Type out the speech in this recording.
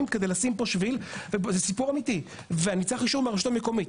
כדי לשים פה שבילים ואישור מהרשות המקומית.